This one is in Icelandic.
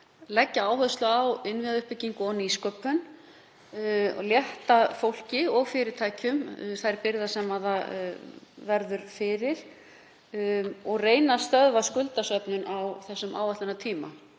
leggja áherslu á innviðauppbyggingu og nýsköpun, létta fólki og fyrirtækjum þær byrðar sem það verður fyrir og reyna að stöðva skuldasöfnun á þessum áætlunartíma.